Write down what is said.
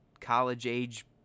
college-age